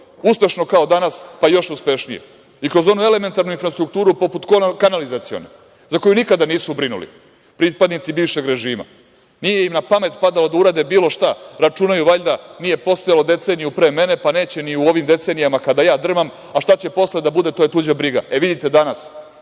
uspešno kao danas, pa i još uspešnije. Kroz onu elementarnu infrastrukturu poput kanalizacione za koju nikada nisu brinuli pripadnici bivšeg režima. Nije im na pamet padalo da urade bilo šta. Računaju valjda, nije postojalo deceniju pre mene, pa neće ni u ovim decenijama kada ja drmam, a šta će posle da bude to je tuđa briga. Vidite danas